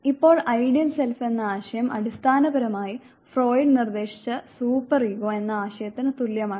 ഇപ്പോൾ ideal self എന്ന ആശയം അടിസ്ഥാനപരമായി ഫ്രോയിഡ് നിർദ്ദേശിച്ച സൂപ്പർ ഈഗോ എന്ന ആശയത്തിന് തുല്യമാണ്